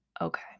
Okay